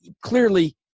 clearly